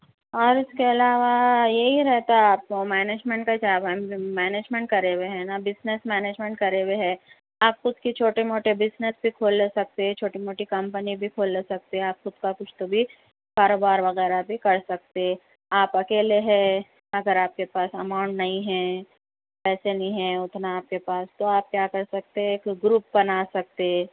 اور اس کے علاوہ یہی رہتا آپ کو مینجمینٹ کا کیا مینجمنٹ کرے ہوئے ہے نا بزنس مینجمینٹ کرے ہوئے ہے آپ خود کے چھوٹے موٹے بزنس بھی کھول لے سکتے چھوٹی موٹی کمپنی بھی کھول لے سکتے آپ کا کچھ تو بھی کاروبار وغیرہ بھی کر سکتے آپ اکیلے ہے اگر آپ کے پاس اماؤنٹ نہیں ہے پیسے نہیں ہیں اتنا آپ کے پاس تو آپ کیا کر سکتے آپ گروپ بنا سکتے